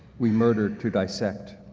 we murder to dissect.